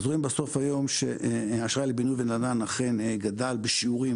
רואים בסוף היום שאשראי לבינוי ונדל"ן אכן גדל בשיעורים